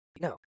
no